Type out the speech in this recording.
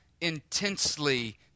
intensely